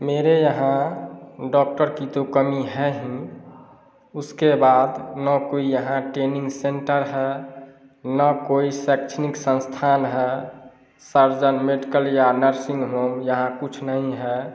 मेरे यहाँ डॉक्टर की तो कमी है ही उसके बाद ना कोई यहाँ टेनिंग सेंटर है ना कोई शैक्षणिक संस्थान है सर्जन मेडिकल या नर्सिंग होम यहाँ कुछ नहीं है